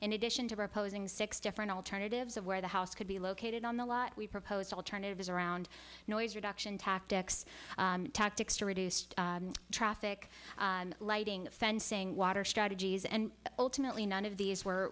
in addition to opposing six different alternatives of where the house could be located on the lot we proposed alternatives around noise reduction tactics tactics to reduce traffic lighting fencing water strategies and ultimately none of these were